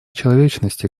человечности